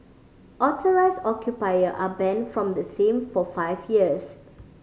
authorised occupier are banned from the same for five years